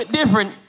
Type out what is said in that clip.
different